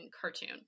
cartoon